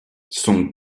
son